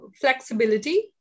flexibility